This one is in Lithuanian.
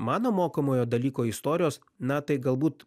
mano mokomojo dalyko istorijos na tai galbūt